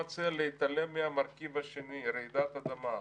מציע להתעלם מהמרכיב השני רעידת אדמה.